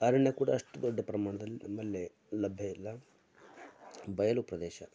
ಅರಣ್ಯ ಕೂಡ ಅಷ್ಟು ದೊಡ್ಡ ಪ್ರಮಾಣದಲ್ಲಿ ನಮ್ಮಲ್ಲಿ ಲಭ್ಯ ಇಲ್ಲ ಬಯಲು ಪ್ರದೇಶ